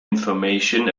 information